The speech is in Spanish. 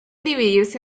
dividirse